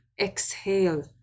exhale